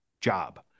job